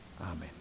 Amen